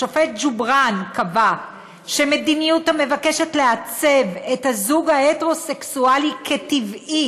השופט ג'ובראן קבע שמדיניות המבקשת לעצב את הזוג ההטרוסקסואלי כטבעי